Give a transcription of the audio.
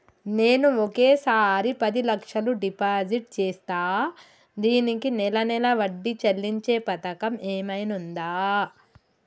నేను ఒకేసారి పది లక్షలు డిపాజిట్ చేస్తా దీనికి నెల నెల వడ్డీ చెల్లించే పథకం ఏమైనుందా?